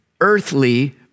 earthly